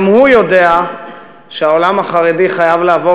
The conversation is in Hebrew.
גם הוא יודע שהעולם החרדי חייב לעבור